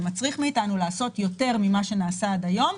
זה מצריך אותנו לעשות יותר ממה שנעשה עד היום,